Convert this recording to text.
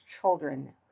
children